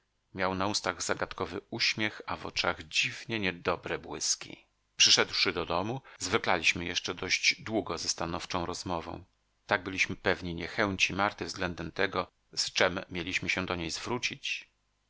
miał na ustach zagadkowy uśmiech a w oczach dziwnie niedobre błyski przyszedłszy do domu zwlekaliśmy jeszcze dość długo ze stanowczą rozmową tak byliśmy pewni niechęci marty względem tego z czem mieliśmy się do niej zwrócić